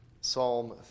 Psalm